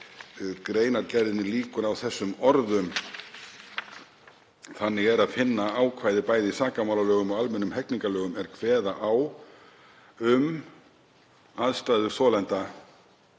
greinargerðinni lýkur á þessum orðum. Þannig er að finna ákvæði bæði í sakamálalögum og almennum hegningarlögum er kveða á um aðstæður þolenda